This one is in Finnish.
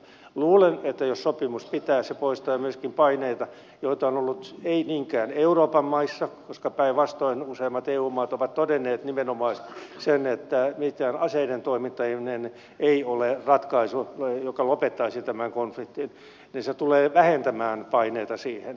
luulen että jos sopimus pitää se poistaa myöskin paineita joita on ollut ei niinkään euroopan maissa koska päinvastoin useimmat eu maat ovat todenneet nimenomaan että aseiden toimittaminen ei ole ratkaisu joka lopettaisi tämän konfliktin mutta se tulee vähentämään paineita siihen